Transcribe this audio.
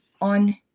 on